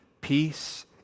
peace